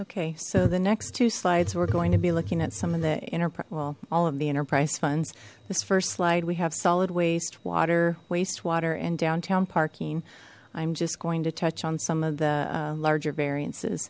okay so the next two slides we're going to be looking at some of the interpret well all of the enterprise funds this first slide we have solid waste water wastewater in downtown parking i'm just going to touch on some of the larger variances